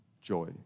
joy